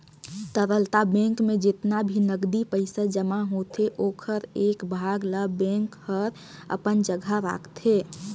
तरलता बेंक में जेतना भी नगदी पइसा जमा होथे ओखर एक भाग ल बेंक हर अपन जघा राखतें